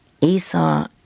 Esau